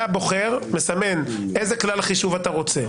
אתה בוחר ומסמן איזה כלל חישוב אתה רוצה.